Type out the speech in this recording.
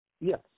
Yes